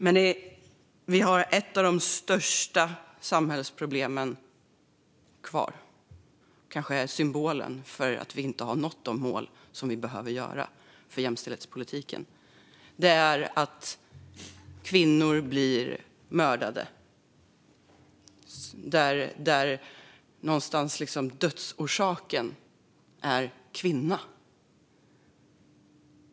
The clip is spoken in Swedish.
Men vi har ett av våra största samhällsproblem kvar, kanske själva symbolen för att vi inte har nått jämställdhetspolitikens mål: att kvinnor blir mördade på grund av de är just kvinnor.